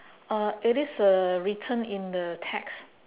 uh it is uh written in the text